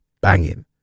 banging